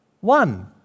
one